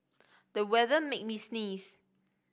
the weather made me sneeze